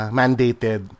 mandated